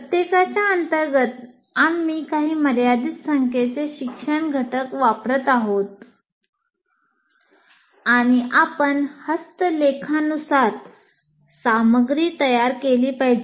प्रत्येकाच्या अंतर्गत आम्ही काही मर्यादित संख्येचे शिक्षण घटक वापरत आहोत आणि आपण हस्तलेखानुसार सामग्री तयार केली पाहिजे